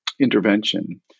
intervention